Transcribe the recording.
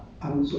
ya